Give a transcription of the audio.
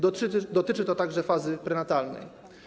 Dotyczy to także fazy prenatalnej.